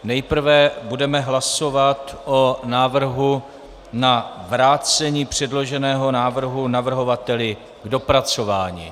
Nejprve budeme hlasovat o návrhu na vrácení předloženého návrhu navrhovateli k dopracování.